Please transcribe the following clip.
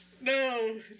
No